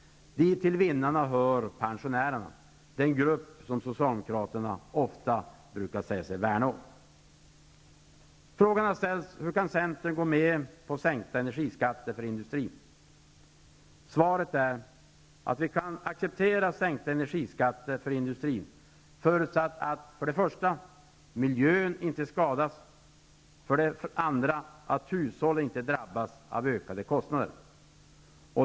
Till vinnarna hör pensionärerna, den grupp som Socialdemokraterna ofta säger sig värna om. Frågan har ställts: Hur kan Centern gå med på sänkta energiskatter för industrin? Svaret är att vi kan acceptera sänkta energiskatter för industrin, förutsatt för det första att miljön inte skadas och för det andra att hushållen inte drabbas av ökade kostnader.